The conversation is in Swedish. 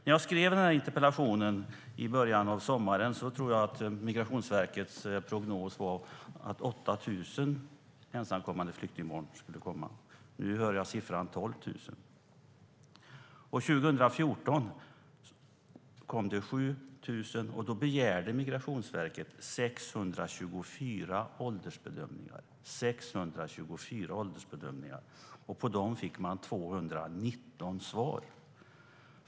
När jag skrev den här interpellationen i början av sommaren tror jag att Migrationsverkets prognos var att 8 000 ensamkommande flyktingbarn skulle komma. Nu hör jag siffran 12 000. År 2014 kom 7 000 ensamkommande flyktingbarn, och då begärde Migrationsverket 624 åldersbedömningar. På dem fick man 219 svar.